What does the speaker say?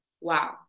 wow